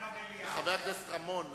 חברת הכנסת חוטובלי רוצה לדבר על העניין במליאה.